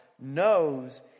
knows